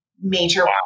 major